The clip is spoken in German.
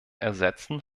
ersetzen